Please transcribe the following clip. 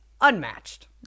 unmatched